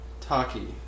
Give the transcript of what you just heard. Taki